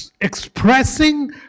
expressing